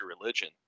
religion